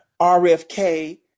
RFK